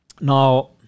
Now